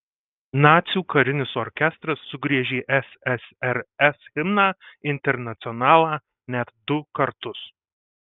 nacių karinis orkestras sugriežė ssrs himną internacionalą net du kartus